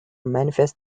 manifest